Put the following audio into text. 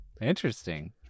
interesting